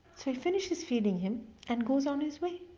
so he finishes feeding him and goes on his way.